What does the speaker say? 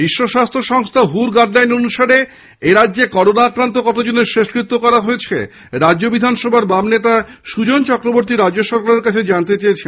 বিশ্ব স্বাস্থ্য সংস্থা হু এর গাইডলাইন অনুসারে এরাজ্যে করোনা আক্রান্ত কতজনের শেষকৃত্য করা হয়েছে রাজ্য বিধানসভার বাম পরিষদীয় দলনেতা সুজন চক্রবর্তী রাজ্য সরকারের কাছে জানতে ছেয়েছেন